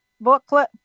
booklet